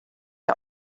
are